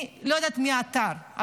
לא יודעת מי עתר.